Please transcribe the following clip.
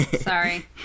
Sorry